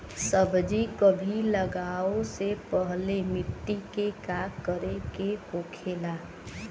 सब्जी कभी लगाओ से पहले मिट्टी के का करे के होखे ला?